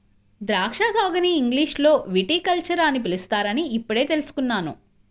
ద్రాక్షా సాగుని ఇంగ్లీషులో విటికల్చర్ అని పిలుస్తారని ఇప్పుడే తెల్సుకున్నాను